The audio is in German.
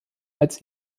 als